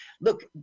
look